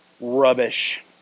rubbish